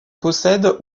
possède